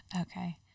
Okay